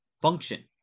function